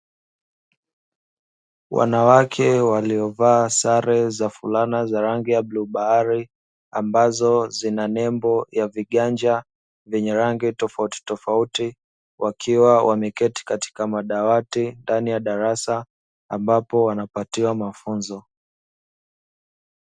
wanawake walio vaa sare zafurana za rangi ya bluu bahari ambazo zina nembo ya viganja vyenye rangi tofauti tofauti wakiwa wameke katika madawati ndani ya darasa ambapo wanapatiwa mafunzo.